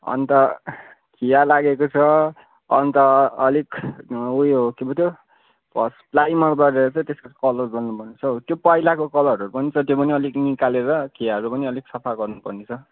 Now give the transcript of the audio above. अन्त खिया लागेको छ अन्त अलिक उयो के पो त्यो फर्स्ट प्राइमर गरेर चाहिँ त्यसपछि कलर गर्नु पर्नेछ हौ त्यो पहिलाको कलरहरू पनि छ त्यो पनि अलिक निकालेर खियाहरू पनि अलिक सफा गर्नु पर्नेछ